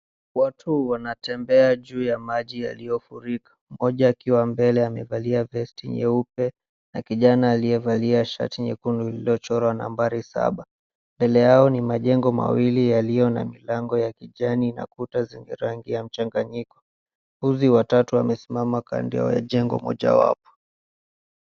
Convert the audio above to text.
Watu wanatembea juu ya maji yaliofurika, mmoja akiwa mbele amevalia vesti nyeupe na kijana aliyevalia shati nyekundu iliyochorwa nambari saba. Mbele yao ni majengo mawili yaliyona milango ya kijani na kuta zenye rangi ya mchanganyiko. Mbuzi watatu wamesimama kando ya mjengo.